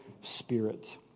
spirit